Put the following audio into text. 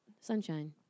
sunshine